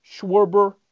Schwarber